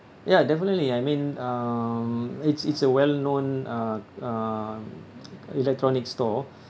ya definitely I mean um it's it's a well-known uh uh electronics store